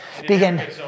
begin